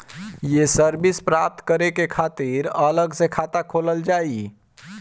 ये सर्विस प्राप्त करे के खातिर अलग से खाता खोलल जाइ?